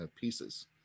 pieces